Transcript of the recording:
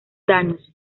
daños